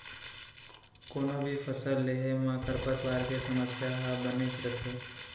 कोनों भी फसल लेहे म खरपतवार के समस्या ह बनेच रथे